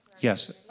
Yes